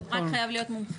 הוא רק חייב להיות מומחה.